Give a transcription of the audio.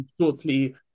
shortly